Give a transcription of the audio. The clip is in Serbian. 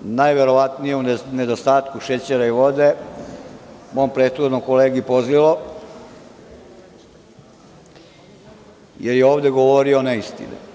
najverovatnije u nedostatku šećera i vode, mom prethodnom kolegi pozlilo, jer je ovde govorio neistine.